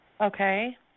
Okay